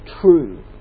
true